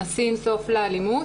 "נשים סוף לאלימות",